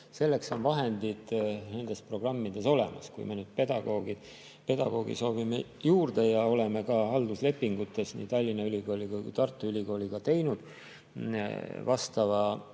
selleks on vahendid nendes programmides olemas. Kui me soovime pedagooge juurde ja oleme ka halduslepingutes nii Tallinna Ülikooli kui ka Tartu Ülikooliga teinud vastava